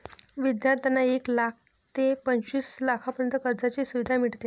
विद्यार्थ्यांना एक लाख ते पंचवीस लाखांपर्यंत कर्जाची सुविधा मिळते